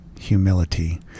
humility